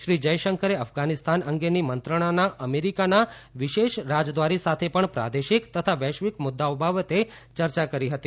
શ્રી જયંશકરે અફઘાનિસ્તાન અંગેની મંત્રણાના અમેરિકાના વિશેષ રાજદ્વારી સાથે પણ પ્રાદેશિક તથા વૈશ્વિક મુદ્દાઓ બાબતે ચર્ચા કરી હતી